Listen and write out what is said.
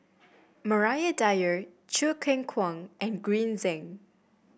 Maria Dyer Choo Keng Kwang and Green Zeng